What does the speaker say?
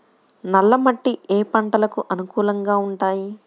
నల్ల మట్టి ఏ ఏ పంటలకు అనుకూలంగా ఉంటాయి?